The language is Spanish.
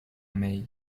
mai